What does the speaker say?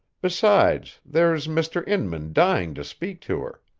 besides, there's mr. inman dying to speak to her.